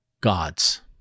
God's